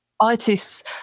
artists